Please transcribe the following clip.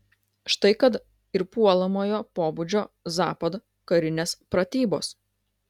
štai kad ir puolamojo pobūdžio zapad karinės pratybos